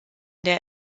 der